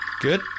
Good